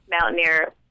Mountaineer